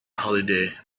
holiday